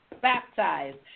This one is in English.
baptized